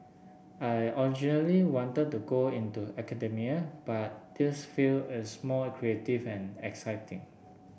I originally wanted to go into academia but this field is more creative and exciting